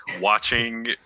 watching